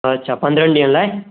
अछा पंदरहनि ॾींहनि लाइ